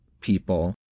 people